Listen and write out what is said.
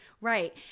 Right